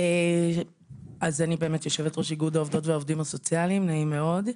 אני יו"ר איגוד העובדים והעובדות הסוציאליים נעים מאוד.